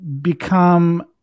become